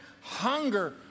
hunger